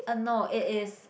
uh no it is